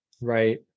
Right